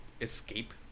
escape